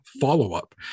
follow-up